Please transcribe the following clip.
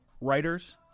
writers